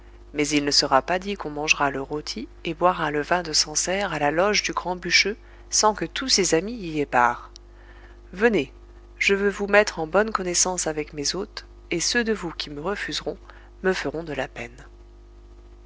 mais il ne sera pas dit qu'on mangera le rôti et boira le vin de sancerre à la loge du grand bûcheux sans que tous ses amis y aient part venez je veux vous mettre en bonne connaissance avec mes hôtes et ceux de vous qui me refuseront me feront de la peine